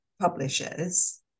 publishers